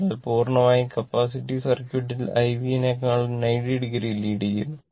അതിനാൽ പൂർണ്ണമായും capacitive circuit ൽ i v നെകാളും 90o ലീഡ് ചെയ്യുന്നു